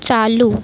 चालू